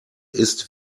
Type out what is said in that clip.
ist